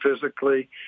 physically